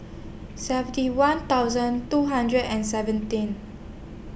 Safety one thousand two hundred and seventeen